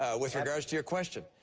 ah with regards to your question,